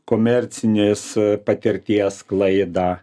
komercinės patirties sklaidą